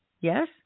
Yes